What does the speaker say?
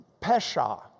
Pesha